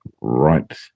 right